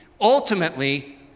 Ultimately